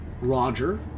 Roger